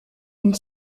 une